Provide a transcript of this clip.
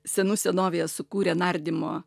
senų senovėje sukūrė nardymo